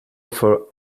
offer